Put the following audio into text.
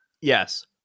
yes